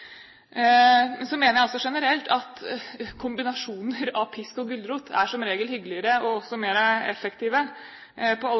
Så mener jeg også generelt at kombinasjoner av pisk og gulrot som regel er hyggeligere og på alle